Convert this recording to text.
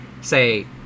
say